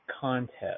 contest